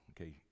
Okay